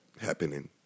happening